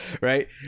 right